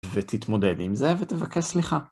ותתמודד עם זה ותבקש סליחה.